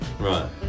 Right